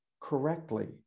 correctly